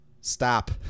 stop